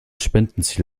spendenziel